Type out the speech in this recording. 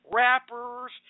rappers